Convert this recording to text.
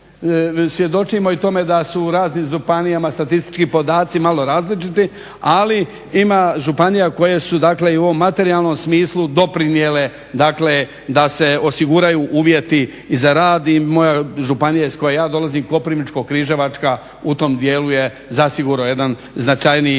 Svjedočimo i tome da su u raznim županijama statistički podaci malo različiti, ali ima županija koje su dakle i u ovom materijalnom smislu doprinijele, dakle da se osiguraju uvjeti za rad. I moja županija, iz koje ja dolazim, Koprivničko-križevačka u tom dijelu je zasigurno jedan značajniji